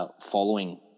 following